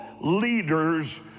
leaders